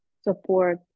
support